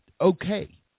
okay